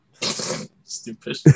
Stupid